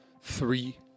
three